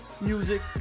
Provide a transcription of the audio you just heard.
music